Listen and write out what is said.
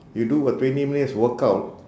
you do a twenty minutes workout